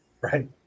Right